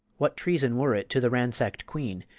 what treason were it to the ransack'd queen,